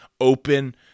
open